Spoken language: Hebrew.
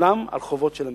משולם על חובות של המדינה.